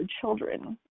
children